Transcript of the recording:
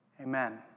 Amen